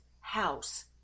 house